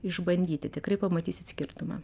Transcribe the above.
išbandyti tikrai pamatysit skirtumą